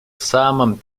самом